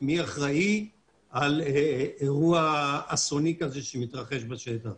מי אחראי על אירוע אסוני כזה שמתרחש בשטח.